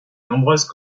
nombreuses